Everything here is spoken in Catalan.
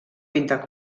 pintar